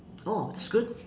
oh that's good